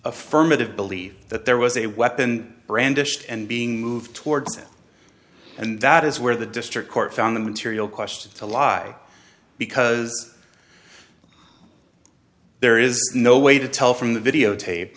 affirmative believe that there was a weapon brandished and being moved towards and that is where the district court found the material question to lie because there is no way to tell from the videotape